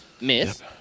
miss